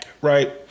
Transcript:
right